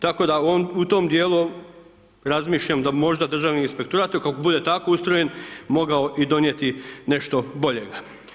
Tako da u tom dijelu razmišljam da možda Državni inspektorat, ako bude tako ustrojen, mogao i donijeti nešto boljega.